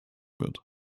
wird